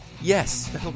Yes